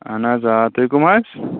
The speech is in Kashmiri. اہن حظ آ تُہۍ کُم حظ